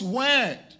word